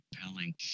compelling